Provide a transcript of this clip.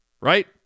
right